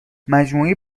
مجموعه